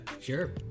Sure